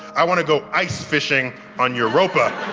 i want to go ice fishing on europa.